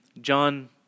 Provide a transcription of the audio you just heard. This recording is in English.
John